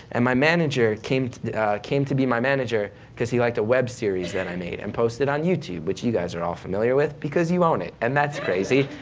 and my manager came to came to be my manager because he liked the web series that i made and posted on youtube, which you guys are all familiar with, because you own it, and that's crazy.